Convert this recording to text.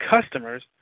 customers